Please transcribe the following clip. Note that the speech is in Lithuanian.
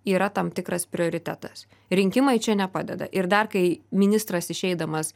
yra tam tikras prioritetas rinkimai čia nepadeda ir dar kai ministras išeidamas